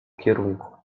kierunku